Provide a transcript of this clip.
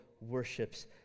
worships